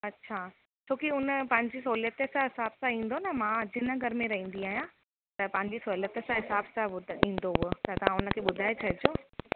अच्छा छो की हुन पंहिंजी सहूलियत सां हिसाबु सां ईंदो न मां अजय नगर में रहंदी आहियां त पंहिंजी सहूलियत सां हिसाबु सां पोइ त ईंदो उहो त तव्हां हुनखे ॿुधाए छॾिजो